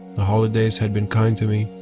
the holidays had been kind to me,